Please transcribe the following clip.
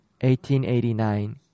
1889